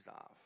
off